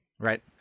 Right